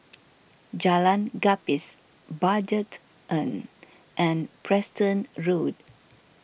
Jalan Gapis Budget Inn and Preston Road